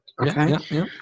Okay